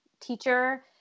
teacher